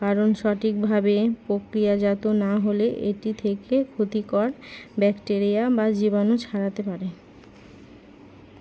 কারণ সঠিকভাবে প্রক্রিয়াজাত না হলে এটি থেকে ক্ষতিকর ব্যাকটেরিয়া বা জীবাণু ছাড়াতে পারে